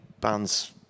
bands